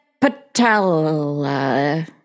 patella